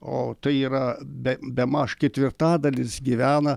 o tai yra be bemaž ketvirtadalis gyvena